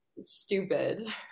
stupid